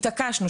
התעקשנו,